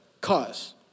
cause